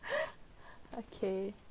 okay